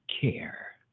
care